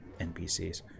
NPCs